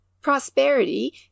Prosperity